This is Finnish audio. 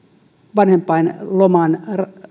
vanhempainloman